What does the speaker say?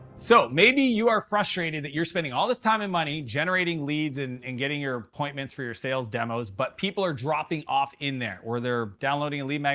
so maybe you are frustrated that you're spending all this time and money generating leads and and getting your appointments for your sales demos, but people are dropping off in there. or they're downloading a lead. like